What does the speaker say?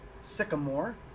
Sycamore